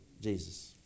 Jesus